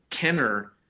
Kenner